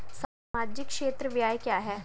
सामाजिक क्षेत्र व्यय क्या है?